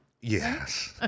Yes